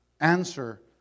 answer